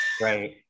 right